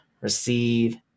receive